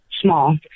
small